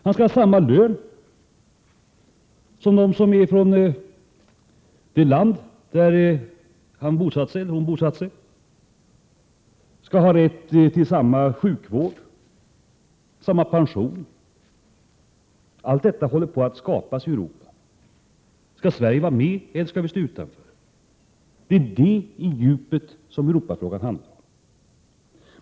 Man skall ha samma lön som de som redan bor i det land där man bosatt sig, man skall ha rätt till samma sjukvård, samma pension. Allt detta — Prot. 1987/88:114 håller på att skapas i Europa. Skall Sverige vara med eller skall vi stå utanför? 4 maj 1988 Det är vad Europafrågan handlar om på djupet.